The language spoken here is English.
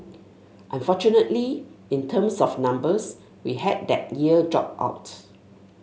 unfortunately in terms of numbers we had that year drop out